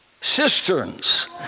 cisterns